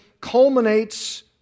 culminates